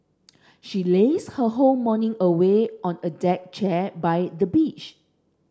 she lazed her whole morning away on a deck chair by the beach